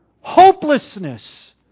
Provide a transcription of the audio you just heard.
hopelessness